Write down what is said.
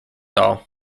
all